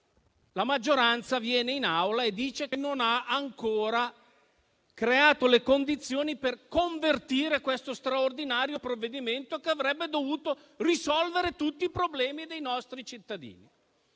la maggioranza viene in Aula e dice che non ha ancora creato le condizioni per convertire questo straordinario provvedimento che avrebbe dovuto risolvere tutti i problemi dei nostri cittadini.